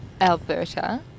Alberta